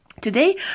Today